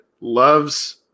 loves